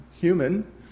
human